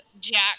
jack